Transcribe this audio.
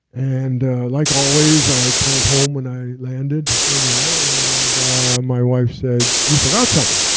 and like always i called home when i landed there, and my wife said, you forgot something.